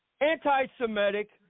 anti-Semitic